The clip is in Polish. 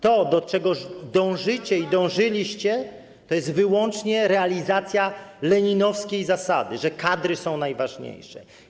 To, do czego dążycie i dążyliście, to jest wyłącznie realizacja leninowskiej zasady, że kadry są najważniejsze.